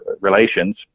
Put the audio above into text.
Relations